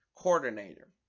coordinator